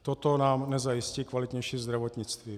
Toto nám nezajistí kvalitnější zdravotnictví.